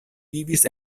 vivis